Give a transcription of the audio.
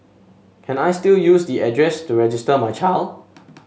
can I still use the address to register my child